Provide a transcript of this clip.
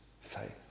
faith